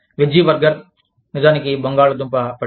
veggie burger నిజానికి బంగాళాదుంప పట్టీ